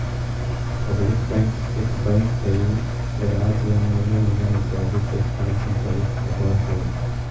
public bank एक bank हइ जे राज्य या नगर निगम इत्यादि के द्वारा संचालित होवऽ हइ